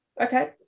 okay